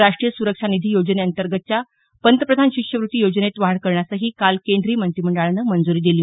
राष्ट्रीय सुरक्षा निधी योजनेअंतर्गतच्या पंतप्रधान शिष्यवृत्ती योजनेत वाढ करण्यासही काल केंद्रीय मंत्रीमंडळानं मंजुरी दिली